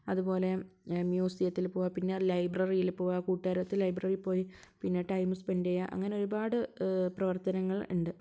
അതുപോലെ മ്യൂസിയത്തിൽ പോവുക പിന്നെ ലൈബ്രറിയിൽ പോവുക കൂട്ടുകാരുമൊത്ത് ലൈബ്രറിയിൽ പോയി പിന്നെ ടൈം സ്പെൻഡ് ചെയ്യുക അങ്ങനെ ഒരുപാട് പ്രവർത്തനങ്ങൾ ഉണ്ട്